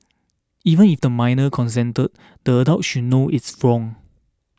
even if the minor consented the adult should know it's wrong